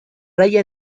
raya